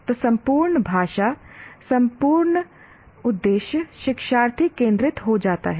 तो संपूर्ण भाषा संपूर्ण दृश्य शिक्षार्थी केंद्रित हो जाता है